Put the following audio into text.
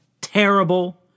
terrible